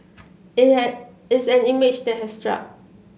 it's an it's an image that has stuck